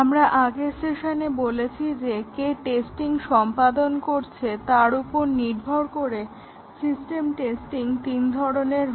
আমরা আগের সেশনে বলেছি যে কে টেস্টিং সম্পাদন করছে তার ওপর নির্ভর করে সিস্টেম টেস্টিং তিন ধরনের হয়